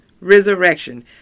resurrection